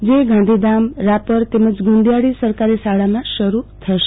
જે ગાંધીધામ રાપર તેમજ ગુંદીયાળી સરકારી શાળામાં શરૂ થશે